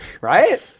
Right